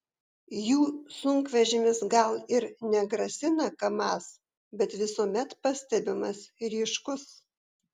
jų sunkvežimis gal ir negrasina kamaz bet visuomet pastebimas ryškus